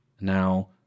Now